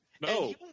No